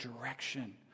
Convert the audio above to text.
direction